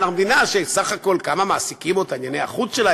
אנחנו מדינה שסך הכול כמה מעסיקים אותה ענייני החוץ שלה,